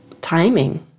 timing